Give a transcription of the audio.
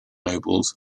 nobles